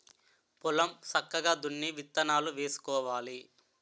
పొలం సక్కగా దున్ని విత్తనాలు వేసుకోవాలి